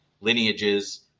lineages